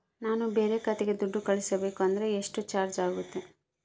ನಾನು ಬೇರೆ ಖಾತೆಗೆ ದುಡ್ಡು ಕಳಿಸಬೇಕು ಅಂದ್ರ ಎಷ್ಟು ಚಾರ್ಜ್ ಆಗುತ್ತೆ?